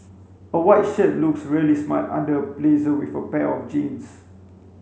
a white shirt looks really smart under a blazer with a pair of jeans